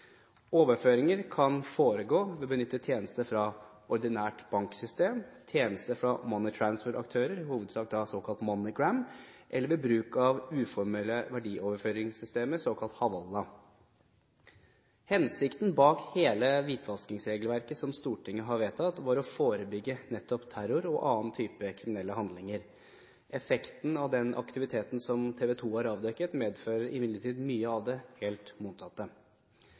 Overføringer kan foregå ved å benytte tjenester fra ordinært banksystem, tjenester fra moneytransferaktører – i hovedsak såkalt MoneyGram – eller ved bruk av uformelle verdioverføringssystemer, såkalt hawala. Hensikten bak hele hvitvaskingsregelverket, som Stortinget har vedtatt, var å forebygge nettopp terror og annen type kriminelle handlinger. Effekten av den aktiviteten som TV 2 har avdekket, medfører imidlertid mye av det helt